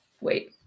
Wait